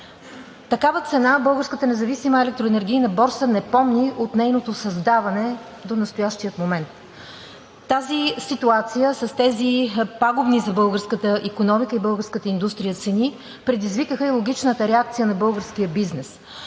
Такава цена Българската независима електроенергийна борса не помни от нейното създаване до настоящия момент. Тази ситуация с тези пагубни за българската икономика и българската индустрия цени предизвикаха и логичната реакция на българския бизнес,